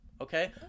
okay